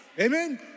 Amen